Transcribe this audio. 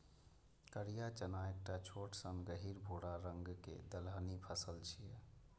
करिया चना एकटा छोट सन गहींर भूरा रंग के दलहनी फसल छियै